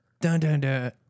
Dun-dun-dun